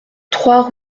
trois